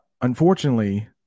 unfortunately